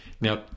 Now